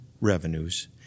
revenues